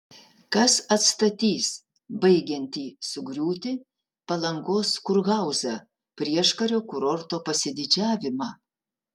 kas atstatys baigiantį sugriūti palangos kurhauzą prieškario kurorto pasididžiavimą